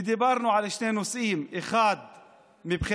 ודיברנו על שני נושאים: מבחינתי,